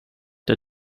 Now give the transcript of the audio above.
der